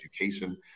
education